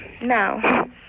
no